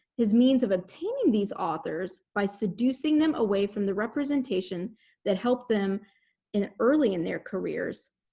his means of obtaining these authors, by seducing them away from the representation that helped them in early in their careers,